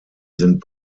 sind